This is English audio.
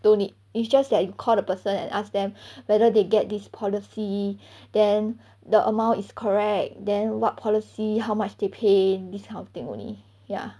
don't need it's just that you call the person and ask them whether they get this policy then the amount is correct then what policy how much they pay this kind of thing only ya